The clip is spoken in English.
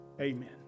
Amen